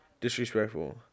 disrespectful